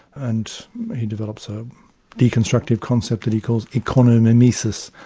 and he develops a deconstructive concept that he calls economimnesis,